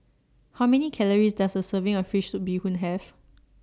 How Many Calories Does A Serving of Fish Soup Bee Hoon Have